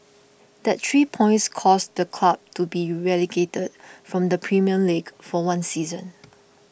that three points caused the club to be relegated from the Premier League for one season